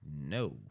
no